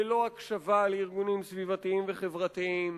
ללא הקשבה לארגונים סביבתיים וחברתיים.